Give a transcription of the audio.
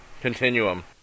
continuum